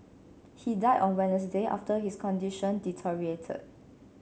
he died on Wednesday after his condition deteriorated